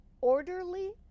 orderly